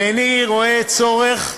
איני רואה צורך,